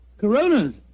Coronas